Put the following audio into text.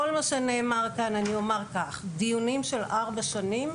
אחרי כל מה שנאמר כאן אני אומר שדיונים של ארבע שנים,